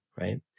Right